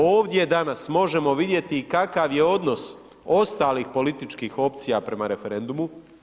Ovdje danas možemo vidjeti i kakav je odnos ostalih političkih opcija prema referendumu.